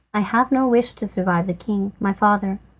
i have no wish to survive the king, my father,